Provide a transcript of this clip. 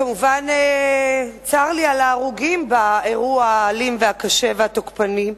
מובן שצר לי על ההרוגים באירוע האלים והקשה והתוקפני.